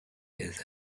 his